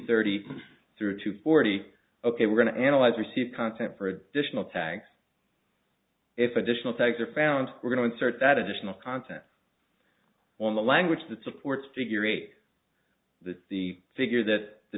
thirty through to forty ok we're going to analyze receive content for additional tags if additional tags are found we're going to sirt that additional content on the language that supports figure eight that the figure that the